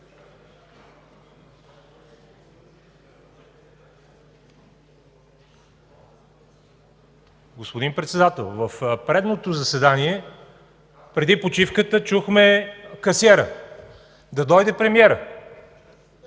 Господин Председател, в предното заседание преди почивката чухме „касиера”. Да дойде премиерът!